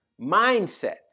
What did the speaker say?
mindset